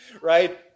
Right